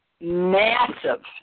Massive